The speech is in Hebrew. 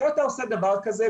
כשאתה עושה דבר כזה,